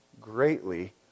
greatly